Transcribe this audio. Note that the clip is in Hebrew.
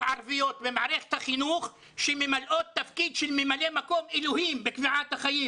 ערביות במערכת החינוך שממלאות תפקיד של ממלא מקום אלוהים בקביעת החיים